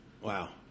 Wow